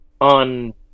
on